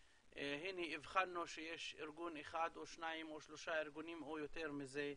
שהנה הבחנו שיש ארגון אחד או שניים או שלושה ארגונים או יותר מזה.